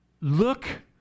look